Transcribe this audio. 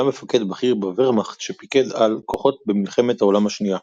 היה מפקד בכיר בוורמאכט שפיקד על כוחות במלחמת העולם השנייה.